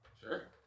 Sure